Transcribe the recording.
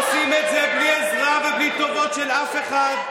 אנחנו עושים את זה בלי עזרה ובלי טובות של אף אחד,